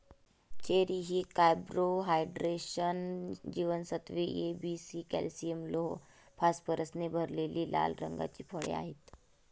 cherry ही carbohydrates, जीवनसत्त्वे A, B, C, calcium, लोह, फॉस्फरसने भरलेली लाल रंगाची फळे आहेत